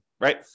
right